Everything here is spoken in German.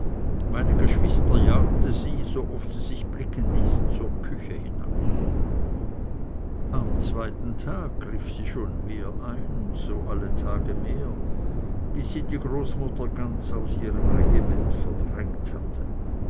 meine geschwister jagte sie sooft sie sich blicken ließen zur küche hinaus am zweiten tag griff sie schon mehr ein und so alle tage mehr bis sie die großmutter ganz aus ihrem regiment verdrängt hatte